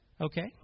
Okay